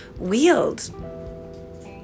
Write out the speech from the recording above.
wield